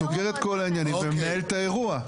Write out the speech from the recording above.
סוגר את כל העניינים ומנהל את האירוע,